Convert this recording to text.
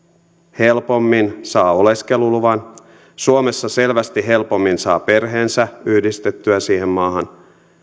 helpommin saa oleskeluluvan suomessa selvästi helpommin saa perheensä yhdistettyä siihen maahan